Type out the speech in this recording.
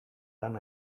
lan